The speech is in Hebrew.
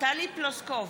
טלי פלוסקוב,